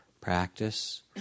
practice